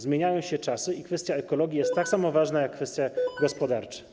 Zmieniają się czasy i kwestia ekologii jest tak samo ważna jak kwestia gospodarcza.